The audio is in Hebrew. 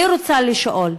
אני רוצה לשאול: